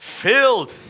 filled